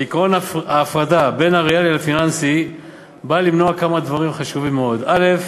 ועקרון ההפרדה בין הריאלי לפיננסי בא לצורך כמה דברים חשובים מאוד: א.